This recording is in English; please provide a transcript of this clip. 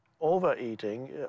Overeating